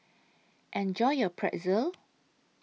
Enjoy your Pretzel